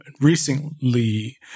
Recently